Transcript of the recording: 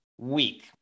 week